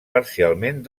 parcialment